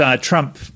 Trump